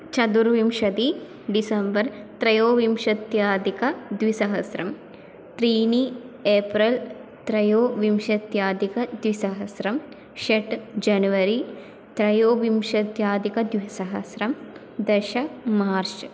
चदुर्विंशतिः December त्रयोविंशत्यधिकद्विसहस्रं त्रीणि April त्रयोविंशत्यधिकद्विसहस्रं षट् जनवरि त्रयोविंशत्यधिकद्विसहस्रं दश मार्च्